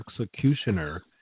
Executioner